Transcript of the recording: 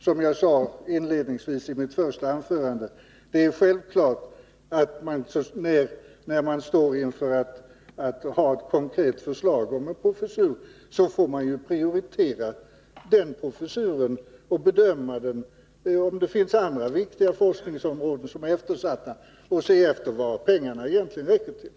Som jag sade inledningsvis i mitt första anförande är det självklart att man, när man står inför ett konkret förslag om en professur, får man pröva om det är denna professur eller någon annan som förtjänar högsta prioritet. Man måste också se vad pengarna egentligen räcker till.